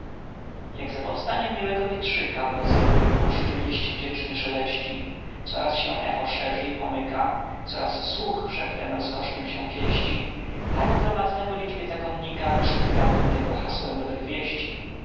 jak za powstaniem miłego wietrzyka w rozległej puszczy liść wdzięcznie szeleści coraz się echo szerzy i pomyka coraz słuch szeptem rozkosznym się pieści tak w gromadnego liczbie zakonnika krzyk gaudentego hasłem dobrych wieści